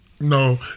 No